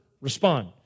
respond